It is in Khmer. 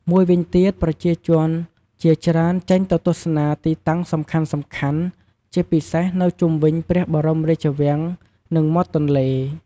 មួយវិញទៀត ប្រជាជនជាច្រើនចេញទៅទស្សនាទីតាំងសំខាន់ៗ ជាពិសេសនៅជុំវិញព្រះបរមរាជវាំង និងមាត់ទន្លេ។